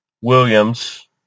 williams